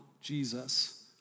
Jesus